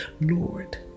Lord